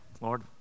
lord